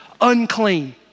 unclean